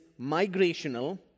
migrational